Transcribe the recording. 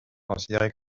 considéré